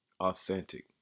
authentic